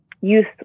youth